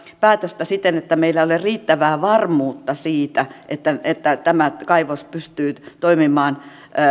päätöstä siten että meillä ei ole riittävää varmuutta siitä että että tämä kaivos pystyy toimimaan